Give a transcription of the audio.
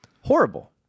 horrible